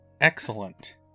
excellent